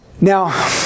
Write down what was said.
Now